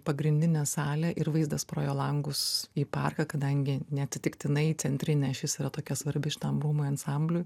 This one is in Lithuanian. pagrindinė salė ir vaizdas pro jo langus į parką kadangi neatsitiktinai centrinė ašis yra tokia svarbi šitam rūmų ansambliui